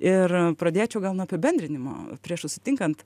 ir pradėčiau gal nuo apibendrinimo prieš susitinkant